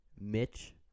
Mitch